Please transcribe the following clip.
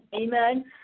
Amen